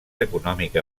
econòmica